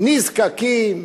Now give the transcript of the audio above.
"נזקקים".